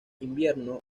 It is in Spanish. invierno